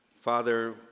Father